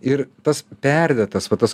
ir tas perdėtas va tas